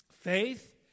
Faith